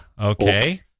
Okay